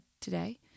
today